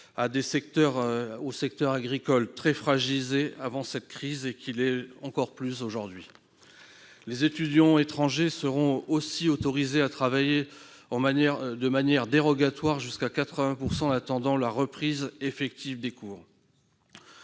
au secteur agricole, déjà très fragilisé avant cette crise et encore plus aujourd'hui. Les étudiants étrangers seront également autorisés à travailler de manière dérogatoire- jusqu'à 80 %-, en attendant la reprise effective des cours.